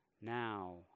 now